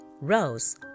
Rose